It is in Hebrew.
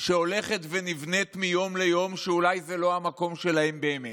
שהולכת ונבנית מיום ליום שאולי זה לא המקום שלהם באמת?